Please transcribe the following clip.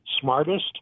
smartest